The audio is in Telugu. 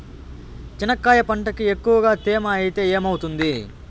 చెనక్కాయ పంటకి ఎక్కువగా తేమ ఐతే ఏమవుతుంది?